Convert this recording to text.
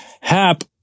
Hap